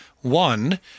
one